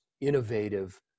innovative